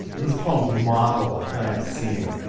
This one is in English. his poems model a kind of seeing.